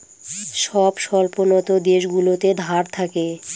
সব স্বল্পোন্নত দেশগুলোতে ধার থাকে